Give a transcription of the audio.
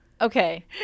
Okay